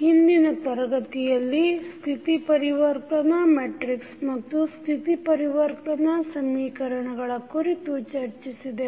ಹಿಂದಿನ ತರಗತಿಯಲ್ಲಿ ಸ್ಥಿತಿ ಪರಿವರ್ತನಾ ಮೆಟ್ರಿಕ್ಸ್ ಮತ್ತು ಸ್ಥಿತಿ ಪರಿವರ್ತನಾ ಸಮೀಕರಣಗಳ ಕುರಿತು ಚರ್ಚಿಸಿದೆವು